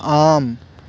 आम्